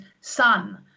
son